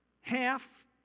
Half